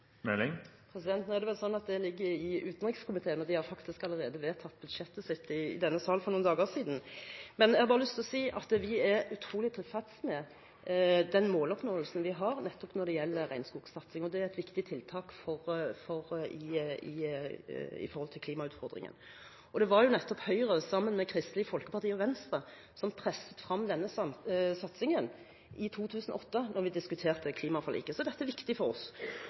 tiltaket? Nå er det slik at dette ligger i utenrikskomiteen, og de har faktisk allerede vedtatt sitt budsjett i denne salen for noen dager siden. Jeg har bare lyst til å si at vi er utrolig tilfreds med den måloppnåelsen vi har når det gjelder regnskogsatsing. Det er et viktig tiltak med tanke på klimautfordringen. Det var nettopp Høyre som sammen med Kristelig Folkeparti og Venstre presset frem denne satsingen i 2008, da vi diskuterte klimaforliket. Så dette er viktig for oss.